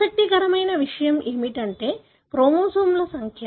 ఆసక్తికరమైన విషయం ఏమిటంటే క్రోమోజోమ్ల సంఖ్య